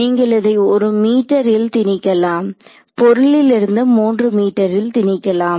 நீங்கள் இதை ஒரு மீட்டரில் திணிக்கலாம் பொருளில் இருந்து 3 மீட்டரில் திணிக்கலாம்